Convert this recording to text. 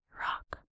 rock